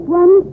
one